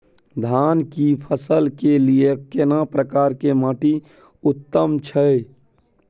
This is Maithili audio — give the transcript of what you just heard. धान की फसल के लिये केना प्रकार के माटी उत्तम छै?